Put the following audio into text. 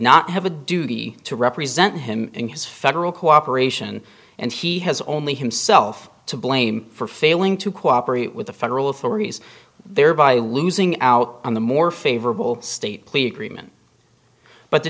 not have a duty to represent him in his federal cooperation and he has only himself to blame for failing to cooperate with the federal authorities thereby losing out on the more favorable state plea agreement but the